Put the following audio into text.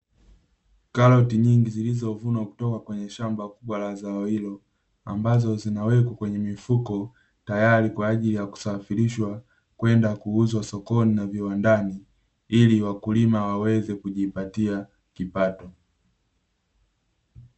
Karoti nyingi zilizovunwa kutoka kwenye shamba kubwa la zao hilo, ambazo zinawekwa kwenye mifuko tayari kwa ajili ya kusafirishwa kwenda kuuzwa sokoni na viwandani ili wakulima waweze kujipatia kipato.